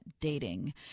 dating